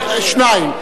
שניים.